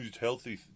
healthy